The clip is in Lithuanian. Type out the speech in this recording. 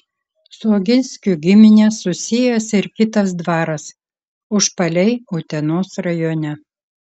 su oginskių gimine susijęs ir kitas dvaras užpaliai utenos rajone